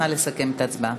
נא לסכם את ההצבעה.